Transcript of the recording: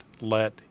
let